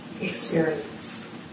experience